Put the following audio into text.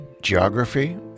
geography